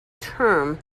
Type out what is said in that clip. term